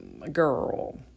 girl